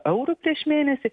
eurų prieš mėnesį